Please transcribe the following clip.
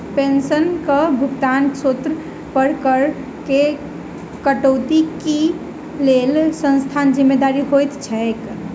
पेंशनक भुगतानक स्त्रोत पर करऽ केँ कटौतीक लेल केँ संस्था जिम्मेदार होइत छैक?